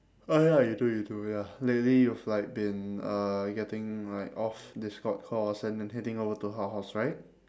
oh ya you do you do ya lately you've like been uh getting like off discord course and then heading over to her house right